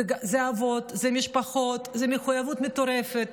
אלה אבות, אלה משפחות, זו מחויבות מטורפת.